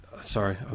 sorry